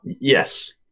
Yes